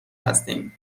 هستیم